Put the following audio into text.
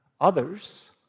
others